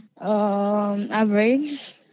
Average